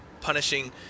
punishing